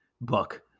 book